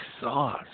sauce